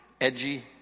edgy